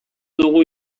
dugu